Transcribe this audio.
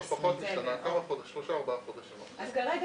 עשיתם כנראה קמפיינים שבעיניי עצמכם הם נהדרים אבל כנראה